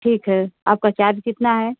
ठीक है आपका चार्ज कितना है